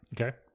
Okay